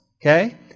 Okay